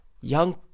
young